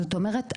זאת אומרת,